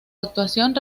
actuación